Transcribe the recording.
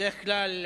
בדרך כלל,